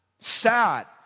sad